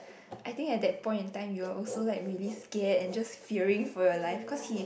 I think at that point in time you're also like really scared and just fearing for your life cause he